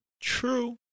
True